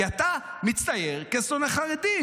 כי אתה מצטייר כשונא חרדים.